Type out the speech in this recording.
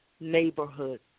neighborhood